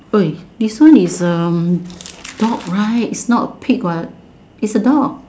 !oi! this one is um dog right is not a pig what is a dog